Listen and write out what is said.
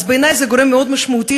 אז בעיני זה גורם מאוד משמעותי,